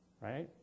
right